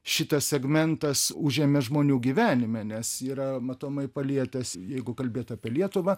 šitas segmentas užėmė žmonių gyvenime nes yra matomai palietęs jeigu kalbėt apie lietuvą